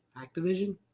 Activision